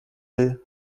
will